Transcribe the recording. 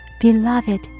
Beloved